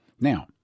Now